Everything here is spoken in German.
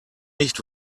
nicht